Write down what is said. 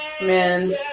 Man